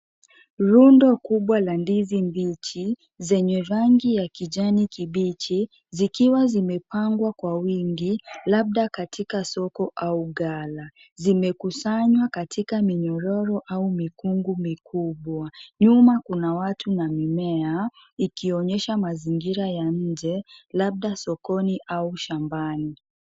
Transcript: Rundo kubwa la ndizi mbichi zenye rangi ya kijani kibichi zikiwa zimepangwa kwa wingi, labda katika soko au gala. Zimekusanywa katika minyororo au mikungu mikubwa. Nyuma kuna watu na mimea ikionyesha mazingira ya nje, labda sokoni au shambani.